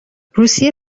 روسیه